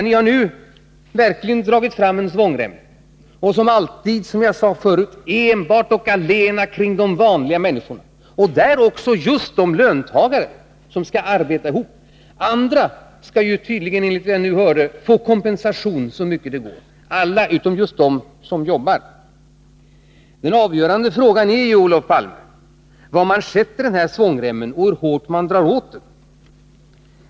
Ni har nu verkligen dragit åt en svångrem, och som alltid — jag sade det förut här — enbart och allena kring de vanliga människorna och där just kring de löntagare som skall arbeta ihop pengarna. Andra skall ju tydligen, enligt vad vi nyss hörde, få kompensation så mycket som möjligt. Det skall alla få utom just de som jobbar. Den avgörande frågan är ju, Olof Palme, var man sätter den här svångremmen och hur hårt man drar åt den.